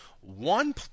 One